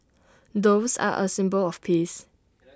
doves are A symbol of peace